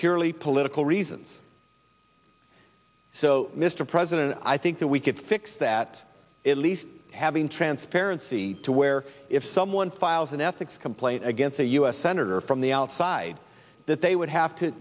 purely political reasons so mr president i think that we could fix that at least having transparency to where if someone files an ethics complaint against a u s senator from the outside that they would have to